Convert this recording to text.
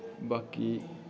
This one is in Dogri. बाकी